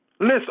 List